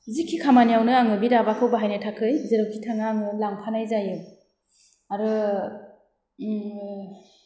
जिखि खामानियावनो आङो बि दाबाखौ बाहायनो थाखै जिरावखि थाङा आङो लांफानाय जायो आरो